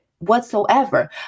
whatsoever